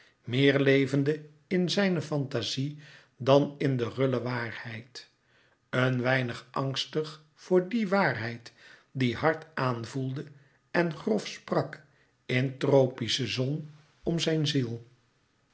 meer levende in zijne fantazie dan in de rulle waarheid een weinig angstig voor die waarheid die hard aanvoelde en grof sprak in tropische zon om zijn ziel